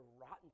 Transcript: rotten